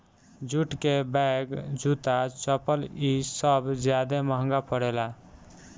jute के bag, जूता, चप्पल इ सब ज्यादे महंगा परेला